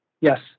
Yes